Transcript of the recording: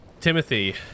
Timothy